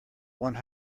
one